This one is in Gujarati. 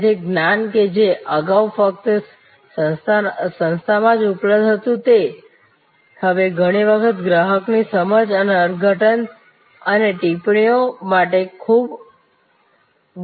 તેથી જ્ઞાન કે જે અગાઉ ફક્ત સંસ્થામાં જ ઉપલબ્ધ હતું તે હવે ઘણી વખત ગ્રાહકની સમજણ અને અર્થઘટન અને ટિપ્પણીઓ માટે બહાર મૂકવામાં આવે છે